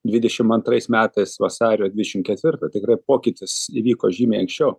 dvidešimt antrais metais vasario dvidešim ketvirtą tikrai pokytis įvyko žymiai anksčiau